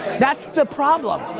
that's the problem.